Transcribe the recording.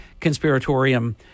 conspiratorium